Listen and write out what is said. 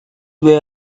way